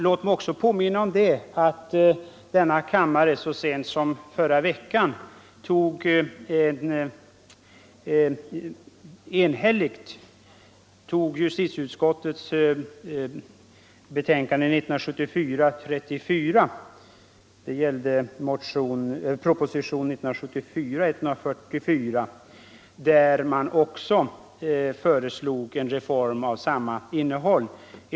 Låt mig vidare påminna om att denna kammare så sent som förra veckan enhälligt biföll justitieutskottets betänkande 1974:34, som gällde proposition 1974:144, där en reform av samma innehåll föreslogs.